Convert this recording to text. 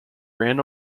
ran